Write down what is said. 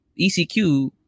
ECQ